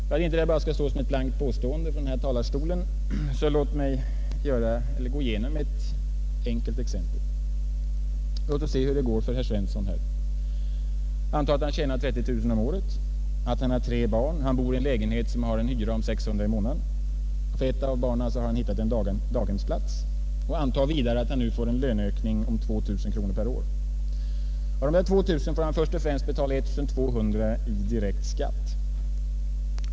För att detta inte skall stå bara som ett blankt påstående från denna talarstol vill jag gå igenom ett enkelt exempel. Låt oss se hur det går för herr Svensson! Anta att han tjänar 30 000 kromor om året, att han har tre barn, att han bor i en lägenhet med en hyra av 600 kronor i månaden och att han för ett av barnen har hittat en daghemsplats. Anta vidare att han nu får en löneökning om 2 000 kronor per år. Av dessa 2000 kronor får han först och främst betala 1 200 kronor i direkt skatt.